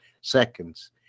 seconds